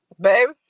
Baby